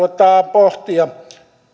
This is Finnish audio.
pohtia